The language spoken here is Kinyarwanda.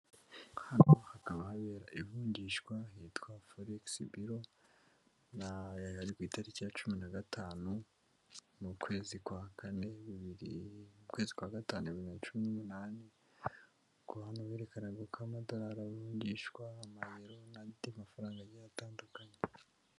Aha hakaba habera ivungishwahitwa Felix biro na yari ku itariki ya cumi na gatanu mukwezi kwa kane bibiri mu kwezi kwa gatanu ibibri na cumi n'umunani ko hano berekana uko amadola agenda avunjishwa, amayero n'andi mafaranga agiye atandukanye.